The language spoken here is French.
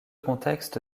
contexte